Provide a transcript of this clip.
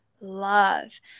love